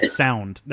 sound